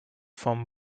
vom